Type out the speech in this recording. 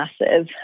massive